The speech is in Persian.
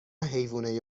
حیونای